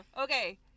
Okay